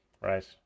Right